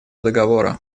договора